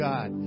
God